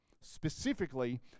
specifically